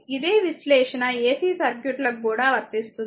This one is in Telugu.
ఇదే విశ్లేషణ AC సర్క్యూట్ లకి కూడా వర్తిస్తుంది